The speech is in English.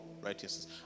righteousness